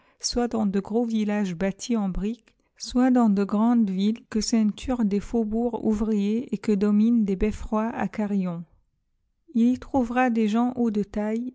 soit dans de gros villages bâtis en briques soit dans de grandes villes que ceinturent des faubourgs ouvriers et que dominent des beffrois à carillons il y trouvera des gens hauts de taille